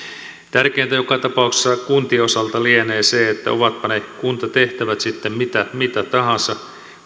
tärkeintä joka tapauksessa kuntien osalta lienee se että ovatpa ne kuntatehtävät sitten mitä mitä tahansa